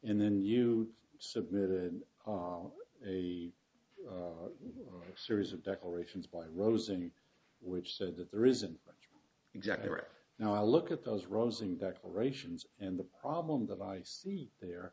and then you submitted a series of declarations by rows in which said that there isn't much exactly right now i look at those rosing declarations and the problem that i see there